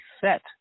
set